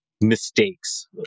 mistakes